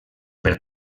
per